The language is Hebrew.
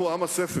אנחנו עם הספר.